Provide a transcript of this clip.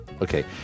Okay